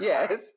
Yes